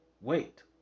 wait